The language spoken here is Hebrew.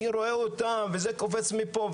אני רואה אותם וזה קופץ מפה,